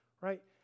right